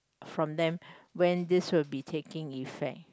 from them when this will be taking effect